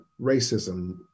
racism